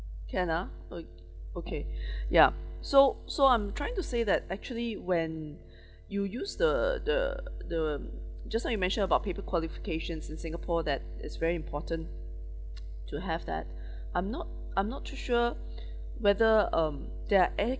can ah oh okay ya so so I'm trying to say that actually when you use the the the just now you mentioned about paper qualifications in singapore that it's very important to have that I'm not I'm not too sure whether um there are